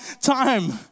time